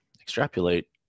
extrapolate